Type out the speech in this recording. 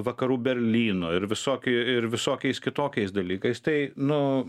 vakarų berlyno ir visokių ir visokiais kitokiais dalykais tai nu